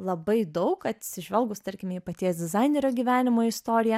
labai daug atsižvelgus tarkim į paties dizainerio gyvenimo istoriją